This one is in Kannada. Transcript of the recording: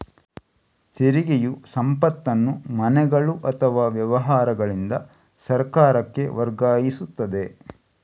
ತೆರಿಗೆಯು ಸಂಪತ್ತನ್ನು ಮನೆಗಳು ಅಥವಾ ವ್ಯವಹಾರಗಳಿಂದ ಸರ್ಕಾರಕ್ಕೆ ವರ್ಗಾಯಿಸುತ್ತದೆ